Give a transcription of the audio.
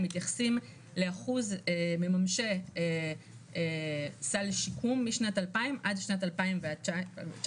הם מתייחסים לאחוז מממשי סל שיקום משנת 2000 עד שנת 2019,